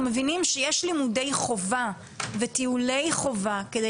אנחנו מבינים שיש לימודי חובה וטיולי חובה כדי